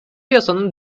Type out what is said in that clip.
yasanın